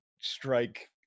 strike